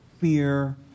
fear